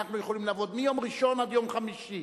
אנחנו יכולים לעבוד מיום ראשון עד יום חמישי.